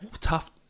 Tough